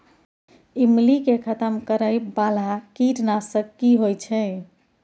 ईमली के खतम करैय बाला कीट नासक की होय छै?